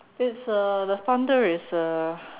it's uh the thunder is uh